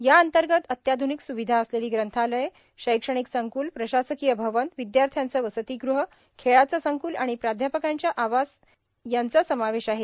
या अंतर्गत अत्याध्निक स्विधा असलेली ग्रंथालय शैक्षणिक संक्ल प्रशासकीय भवन विद्यार्थ्याचे वस्तीग़ह खेळाचं संक्ल आणि प्राध्यापकांच्या आवास यांचा समावेश आहे